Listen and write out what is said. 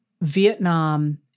Vietnam